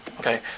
Okay